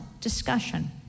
discussion